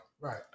right